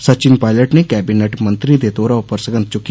सचिन पायलट ने कैबिनेट मंत्री दे तौरा पर सगंध चुक्की